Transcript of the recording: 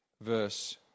verse